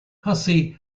hussey